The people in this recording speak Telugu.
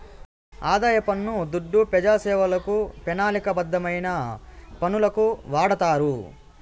ఆదాయ పన్ను దుడ్డు పెజాసేవలకు, పెనాలిక బద్ధమైన పనులకు వాడతారు